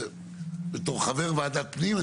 בתור חבר וועדת פנים,